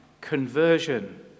conversion